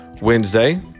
Wednesday